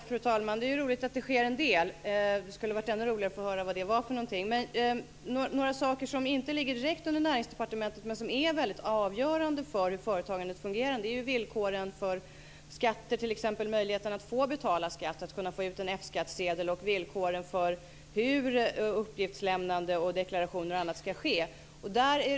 Fru talman! Det är roligt att det sker en del. Det skulle ha varit ännu roligare att få höra vad det är för någonting. Några saker som inte ligger direkt under Näringsdepartementet, men som är avgörande för hur företagandet fungerar, är villkoren för skatter. Det gäller möjligheten att få betala skatt, att få ut F-skattsedel och villkoren för hur uppgiftslämnande, deklarationer och annat ska gå till.